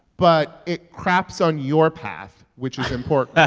but it craps on your path, which is important yeah